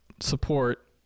support